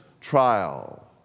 trial